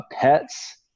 pets